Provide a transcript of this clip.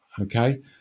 okay